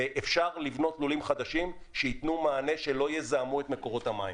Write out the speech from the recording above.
אפשר לבנות לולים חדשים שייתנו מענה שלא יזהמו את מקורות המים.